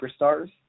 superstars